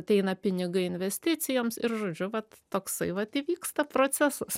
ateina pinigai investicijoms ir žodžiu vat toksai vat įvyksta procesas